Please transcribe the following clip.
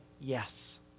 yes